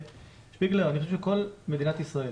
שפיגלר, אני חושב שכל מדינת ישראל